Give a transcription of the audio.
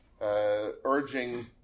urging